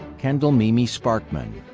kendall mimi sparkman.